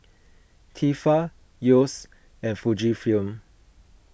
Tefal Yeo's and Fujifilm